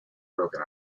broken